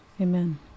Amen